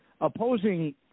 opposing